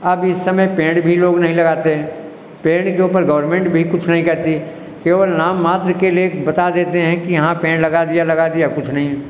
अब इस समय पेड़ भी लोग नहीं लगाते पेड़ के ऊपर गौरमेन्ट भी कुछ नहीं करती केवल नाम मात्र के लिए बता देते हैं कि हाँ पेड़ लगा दिया लगा दिया कुछ नहीं